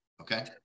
Okay